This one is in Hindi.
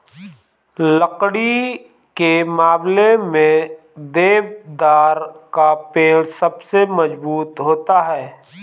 लकड़ी के मामले में देवदार का पेड़ सबसे मज़बूत होता है